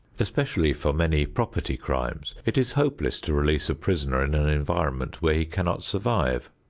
especially for many property crimes, it is hopeless to release a prisoner in an environment where he cannot survive.